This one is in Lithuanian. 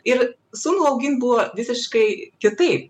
ir sūnų augint buvo visiškai kitaip